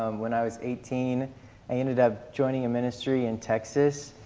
um when i was eighteen i ended up joining a ministry in texas,